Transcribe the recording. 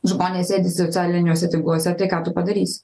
žmonės sėdi socialiniuose tinkluose tai ką tu padarys